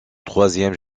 troisième